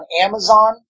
Amazon